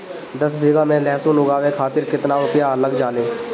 दस बीघा में लहसुन उगावे खातिर केतना रुपया लग जाले?